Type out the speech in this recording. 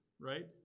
right